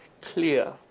clear